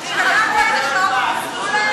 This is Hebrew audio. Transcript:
השתגעתם?